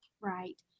right